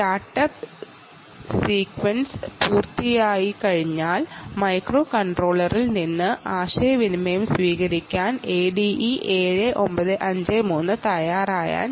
startup sequence പൂർത്തിയായിക്കഴിഞ്ഞാൽ മൈക്രോകൺട്രോളറിൽ നിന്ന് ആശയവിനിമയം സ്വീകരിക്കാൻ ADE7953 തയ്യാറാക്കുന്നു